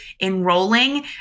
enrolling